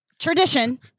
tradition